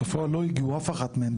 לא הגיעו, אף אחד מהם.